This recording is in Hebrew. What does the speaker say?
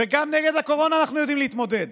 וגם עם הקורונה אנחנו יודעים להתמודד,